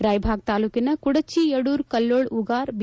ರಾಯಭಾಗ ತಾಲೂಕಿನ ಕುಡಜಿ ಯಡೂರ ಕಲ್ಡೋಳ ಉಗಾರ ಬಿ